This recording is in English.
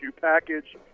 package